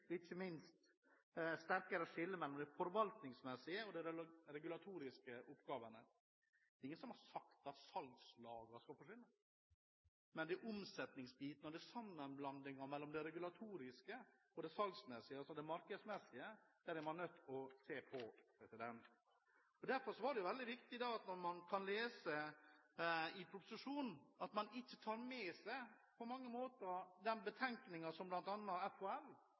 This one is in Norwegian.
ikke minst et sterkere skille mellom de forvaltningsmessige og regulatoriske oppgavene.» Det er ingen som har sagt at salgslagene skal forsvinne, men man er nødt til å se på omsetningsbiten og sammenblandingen mellom det regulatoriske og det markedsmessige. Når man kan lese i meldingen at man ikke tar med seg den betenkningen som bl.a. FHL og NSL kom med i forbindelse med gjennomgangen av meklingsinstansene og arbeidsgruppen knyttet til råfiskloven, er det et meget snevert mandat når man ser på de to punktene som